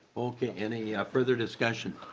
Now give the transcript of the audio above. okay. any further discussion?